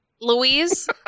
Louise